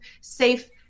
Safe